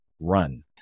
run